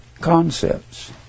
concepts